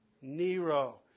Nero